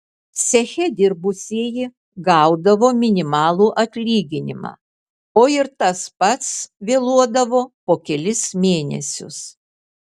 ceche dirbusieji gaudavo minimalų atlyginimą o ir tas pats vėluodavo po kelis mėnesius